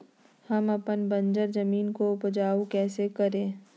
हम अपन बंजर जमीन को उपजाउ कैसे करे?